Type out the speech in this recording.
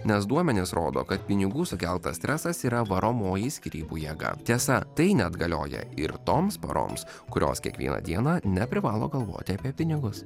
nes duomenys rodo kad pinigų sukeltas stresas yra varomoji skyrybų jėga tiesa tai net galioja ir toms poroms kurios kiekvieną dieną neprivalo galvoti apie pinigus